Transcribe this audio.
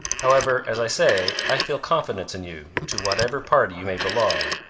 however, as i say, i feel confidence in you, to whatever party you may belong,